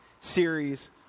series